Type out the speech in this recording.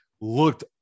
looked